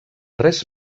res